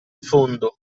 fondo